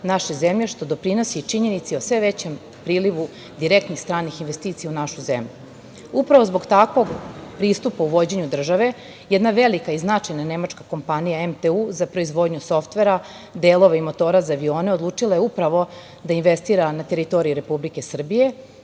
naše zemlje, što doprinosi i činjenici o sve većem prilivu direktnih stranih investicija u našu zemlju. Upravo zbog takvog pristupa u vođenju države, jedna velika i značajna nemačka kompanija MTU za proizvodnju softvera, delova i motora za avione odlučila je upravo da investira na teritoriji Republike Srbije,